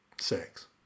Six